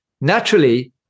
Naturally